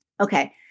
Okay